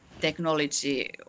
technology